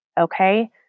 Okay